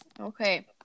Okay